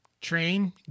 train